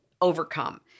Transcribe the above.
overcome